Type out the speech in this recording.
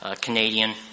Canadian